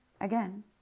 again